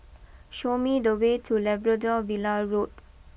show me the way to Labrador Villa Road